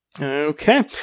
Okay